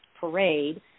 parade